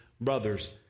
brothers